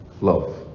love